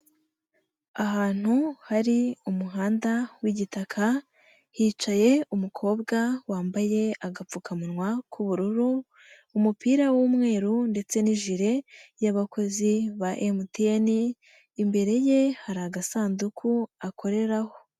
Ahantu hari umuhanda w'igitaka hicaye umukobwa wambaye agapfukamunwa k'ubururu, umupira w'umweru ndetse n'ijire y'abakozi ba MTN, imbere ye hari agasanduku akoreraho.